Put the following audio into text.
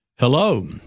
Hello